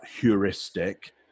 heuristic